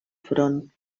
front